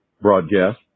broadcast